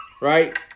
right